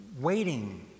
waiting